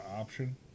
option